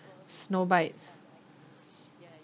snow bites